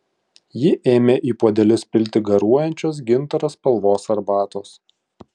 ji ėmė į puodelius pilti garuojančios gintaro spalvos arbatos